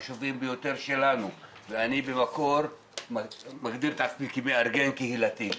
אני מגדיר את עצמי כמארגן קהילתי.